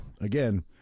Again